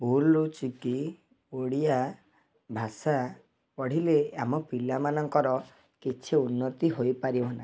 ଭୁଲ ରହୁଛି କି ଓଡ଼ିଆ ଭାଷା ପଢ଼ିଲେ ଆମ ପିଲାମାନଙ୍କର କିଛି ଉନ୍ନତି ହୋଇପାରିବ ନାହିଁ